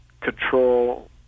control